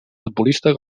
futbolista